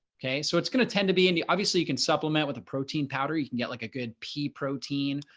okay, so it's gonna tend to be in the obviously you can supplement with a protein powder, you can get like a good pea protein,